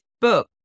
book